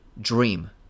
Dream